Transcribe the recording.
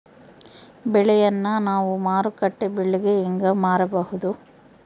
ಬೆಳೆಯನ್ನ ನಾವು ಮಾರುಕಟ್ಟೆ ಬೆಲೆಗೆ ಹೆಂಗೆ ಮಾರಬಹುದು?